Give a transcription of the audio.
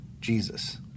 Jesus